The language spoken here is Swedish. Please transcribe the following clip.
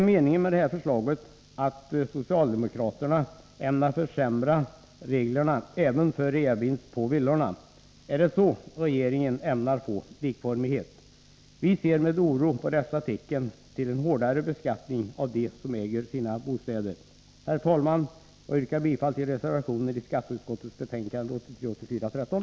Är meningen med det här förslaget att socialdemokraterna ämnar försämra reglerna även för reavinst på villorna? Är det så regeringen ämnar få likformighet? Vi ser med oro på dessa tecken på en hårdare beskattning av dem som äger sina bostäder. Herr talman! Jag yrkar bifall till reservationen i skatteutskottets betänkande 13.